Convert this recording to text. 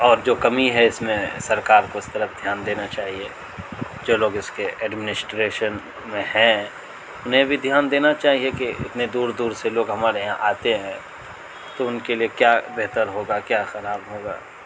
اور جو کمی ہے اس میں سرکار کو اس طرف دھیان دینا چاہیے جو لوگ اس کے ایڈمنسٹریشن میں ہیں انہیں بھی دھیان دینا چاہیے کہ اتنے دور دور سے لوگ ہمارے یہاں آتے ہیں تو ان کے لیے کیا بہتر ہوگا کیا خراب ہوگا